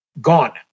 gone